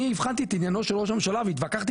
אני הבחנתי את עניינו של ראש הממשלה והתווכחתי